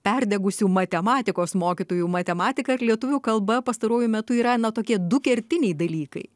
perdegusių matematikos mokytojų matematika ir lietuvių kalba pastaruoju metu yra na tokie du kertiniai dalykai